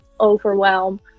overwhelm